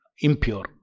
impure